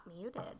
muted